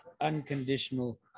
unconditional